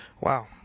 Wow